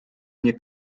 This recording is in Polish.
nie